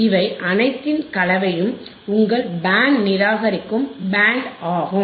இவை அனைத்தின் கலவையும் உங்கள் பேண்ட் நிராகரிக்கும் பேண்ட் ஆகும்